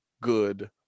good